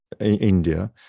India